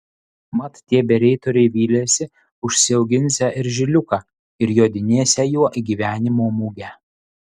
mat tie bereitoriai vylėsi užsiauginsią eržiliuką ir jodinėsią juo į gyvenimo mugę